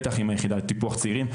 בטח עם היחידה לטיפוח צעירים,